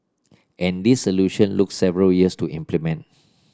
and this solution look several years to implement